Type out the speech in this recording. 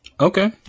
Okay